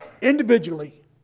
individually